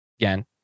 Again